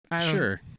sure